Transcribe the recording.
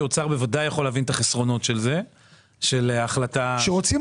יש כאן דיונים שלא נוח לי ואני הולך